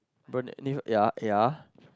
burn it ya ya